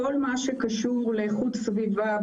כל מה שקשור לאיכות סביבה,